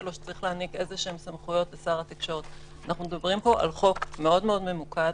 יכול להיות שצריך להיות אישור במליאה ולא בוועדה,